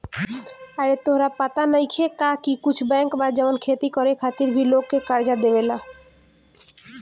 आरे तोहरा पाता नइखे का की कुछ बैंक बा जवन खेती करे खातिर भी लोग के कर्जा देवेला